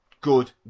Good